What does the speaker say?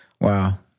Wow